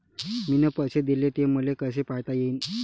मिन पैसे देले, ते मले कसे पायता येईन?